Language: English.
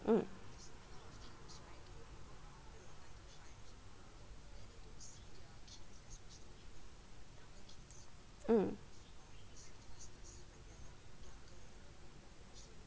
mm mm